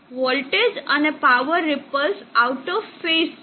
voltage અને power ripples out of phase છે